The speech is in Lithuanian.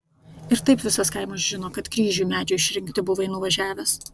ir taip visas kaimas žino kad kryžiui medžio išrinkti buvai nuvažiavęs